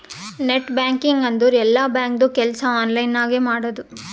net banking ಅಂದುರ್ ಎಲ್ಲಾ ಬ್ಯಾಂಕ್ದು ಕೆಲ್ಸಾ ಆನ್ಲೈನ್ ನಾಗೆ ಮಾಡದು